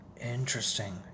Interesting